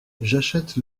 j’achète